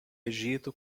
egito